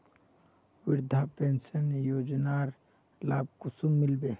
वृद्धा पेंशन योजनार लाभ कुंसम मिलबे?